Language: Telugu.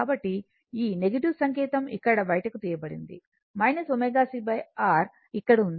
కాబట్టి ఈ సంకేతం ఇక్కడ బయటకు తీయబడింది ω c R ఇక్కడ ఉంది